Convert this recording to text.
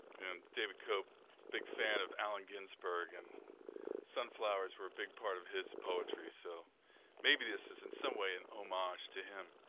and david cope big fan of allen ginsberg, and sunflowers were a big part of his poetry, so maybe this is, in some way, an homage to him.